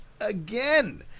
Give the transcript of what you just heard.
again